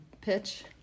pitch